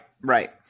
right